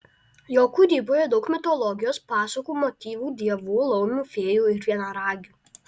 jo kūryboje daug mitologijos pasakų motyvų dievų laumių fėjų ir vienaragių